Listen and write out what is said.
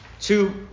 two